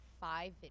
five